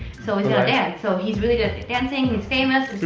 so he's gonna dance, so he's really good at dancing, he's famous,